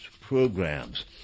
programs